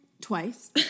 twice